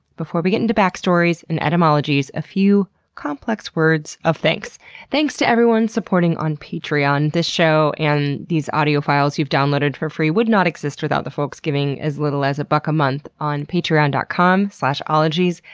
before we get into backstories and etymologies, a few complex words of thanks thanks to everyone supporting on patreon. this show and these audio files you've downloaded for free would not exist without the folks giving as little as a buck a month on patreon dot com slash ologies.